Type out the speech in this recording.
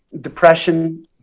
depression